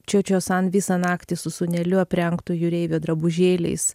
čio čio san visą naktį su sūneliu aprengtu jūreivio drabužėliais